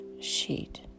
sheet